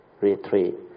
retreat